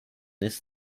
this